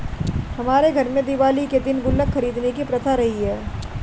हमारे घर में दिवाली के दिन गुल्लक खरीदने की प्रथा रही है